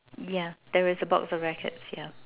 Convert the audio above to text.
yeah there is a box of rackets yeah